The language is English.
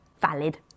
Valid